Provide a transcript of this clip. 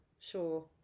sure